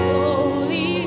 holy